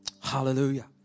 Hallelujah